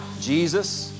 Jesus